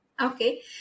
Okay